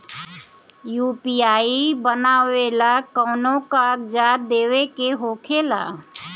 UPI बनावेला कौनो कागजात देवे के होखेला का?